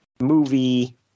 movie